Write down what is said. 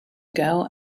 girl